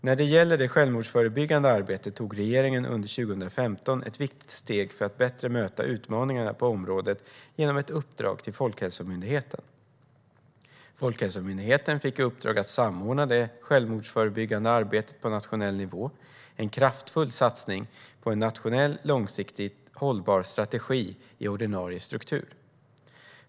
När det gäller det självmordsförebyggande arbetet tog regeringen under 2015 ett viktigt steg för att bättre möta utmaningarna på området genom ett uppdrag till Folkhälsomyndigheten. Folkhälsomyndigheten fick i uppdrag att samordna det självmordsförebyggande arbetet på nationell nivå - en kraftfull satsning på en nationell, långsiktigt hållbar strategi i ordinarie struktur.